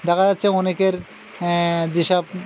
দেখা যাচ্ছে অনেকের যেসব